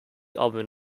oven